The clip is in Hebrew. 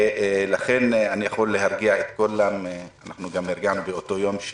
אני יכול להרגיע, וגם הרגענו באותו יום.